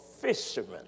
fishermen